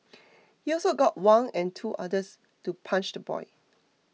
he also got Wang and two others to punch the boy